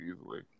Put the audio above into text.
easily